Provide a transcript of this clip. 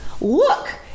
look